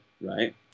right